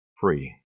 free